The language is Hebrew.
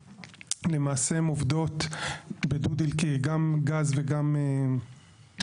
למעשה הן עובדות בדו ערכי, גם גז וגם סולר.